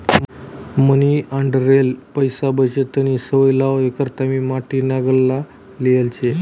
मनी आंडेरले पैसा बचतनी सवय लावावी करता मी माटीना गल्ला लेयेल शे